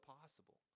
possible